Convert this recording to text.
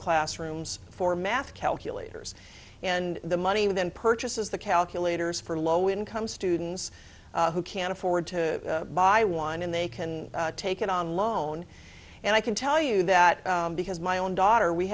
classrooms for math calculators and the money with them purchases the calculators for low income students who can't afford to buy one and they can take it on loan and i can tell you that because my own daughter we